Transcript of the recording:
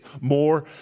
more